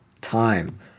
time